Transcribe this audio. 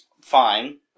fine